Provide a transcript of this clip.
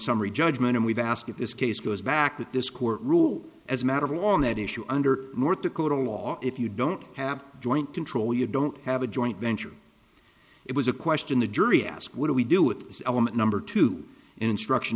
summary judgment and we've asked if this case goes back at this court rule as a matter of on that issue under north dakota law if you don't have joint control you don't have a joint venture it was a question the jury asked what do we do it is element number two instruction